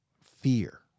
fear